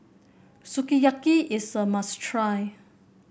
Sukiyaki is a must try